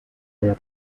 their